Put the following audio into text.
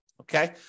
Okay